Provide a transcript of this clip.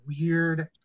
weird